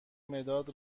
مداد